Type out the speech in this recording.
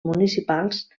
municipals